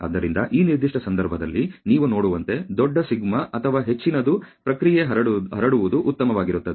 ಆದ್ದರಿಂದ ಈ ನಿರ್ದಿಷ್ಟ ಸಂದರ್ಭದಲ್ಲಿ ನೀವು ನೋಡುವಂತೆ ದೊಡ್ಡ σ ಅಥವಾ ಹೆಚ್ಚಿನದು ಪ್ರಕ್ರಿಯೆ ಹರಡುವುದು ಉತ್ತಮವಾಗಿರುತ್ತದೆ